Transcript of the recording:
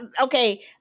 okay